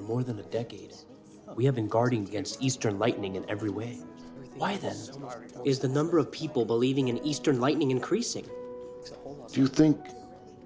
more than a decade we have been guarding against easter lightning in every way why this is the number of people believing in eastern lightning increasing if you think